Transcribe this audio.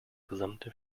gesamte